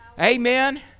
Amen